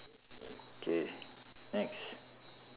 K next